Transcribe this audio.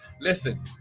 Listen